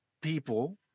people